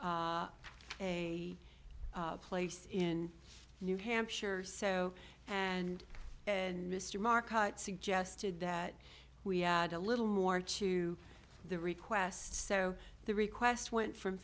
a place in new hampshire so and and mr market suggested that we had a little more to the request so the request went from